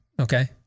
Okay